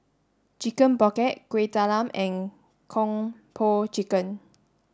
chicken pocket Kuih Talam and Kung Po chicken